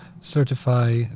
certify